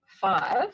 five